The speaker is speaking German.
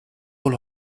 wohl